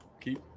Keep